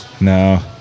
No